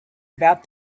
about